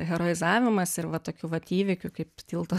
heroizavimas ir va tokių vat įvykių kaip tilto